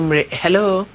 Hello